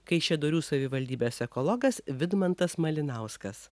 kaišiadorių savivaldybės ekologas vidmantas malinauskas